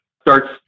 starts